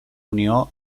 unió